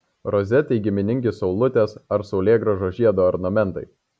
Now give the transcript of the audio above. rozetei giminingi saulutės ar saulėgrąžos žiedo ornamentai